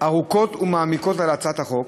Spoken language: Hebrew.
ארוכות ומעמיקות על הצעת החוק,